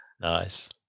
Nice